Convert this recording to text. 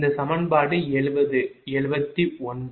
இந்த சமன்பாடு 70 71